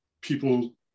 People